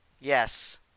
yes